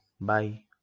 Bye